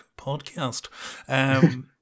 podcast